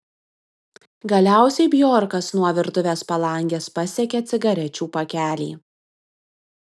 galiausiai bjorkas nuo virtuvės palangės pasiekė cigarečių pakelį